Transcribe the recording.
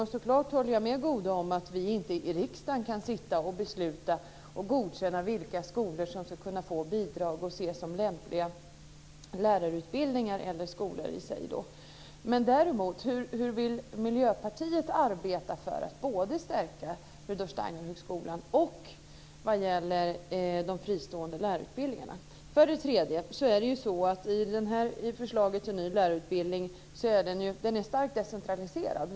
Jag håller naturligtvis med Gunnar Goude om att vi i riksdagen inte kan sitta och besluta och godkänna vilka skolor som ska kunna ses som lämpliga lärarutbildningar eller skolor och få bidrag. Men hur vill Miljöpartiet arbeta för att stärka både Rudolf Steinerhögskolan och de fristående lärarutbildningarna? För det tredje är lärarutbildningen starkt decentraliserad i det här förslaget.